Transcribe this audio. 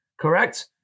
correct